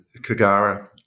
Kagara